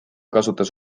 kasutas